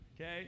okay